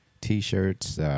T-shirts